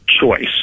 Choice